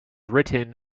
written